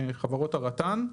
חברות הרט"ן.